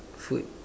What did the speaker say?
food